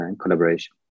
collaboration